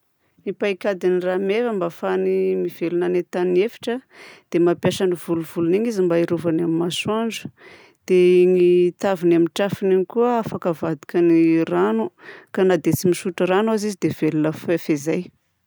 Ny paikadin'ny rameva mba ahafahany mivelona any an-tany efitra dia mampiasa ny volovolony igny izy mba hiarovany amin'ny masoandro, dia ny taviny amin'ny trafony iny koa afaka avadikany rano ka na dia tsy misotro rano aza izy dia velona fa- fehizay.